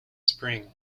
spring